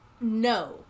no